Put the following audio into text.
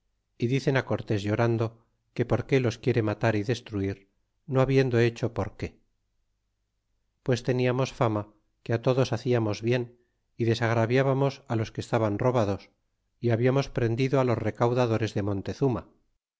y dicen cortés llorando que por qué los quiere matar y destruir no habiendo hecho por qué pues teniamos fama que todos haciamos bien y deigravinamos los que estaban robados y hablamos prendido los recaudadores de montezuma